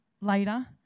later